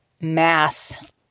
mass